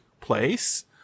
place